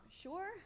sure